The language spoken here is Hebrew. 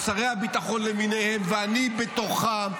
שרי הביטחון למיניהם ואני בתוכם,